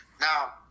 Now